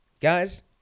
guys